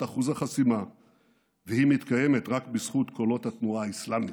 אחוז החסימה והיא מתקיימת רק בזכות קולות התנועה האסלאמית,